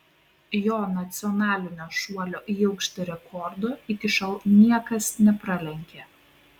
jo nacionalinio šuolio į aukštį rekordo iki šiol niekas nepralenkė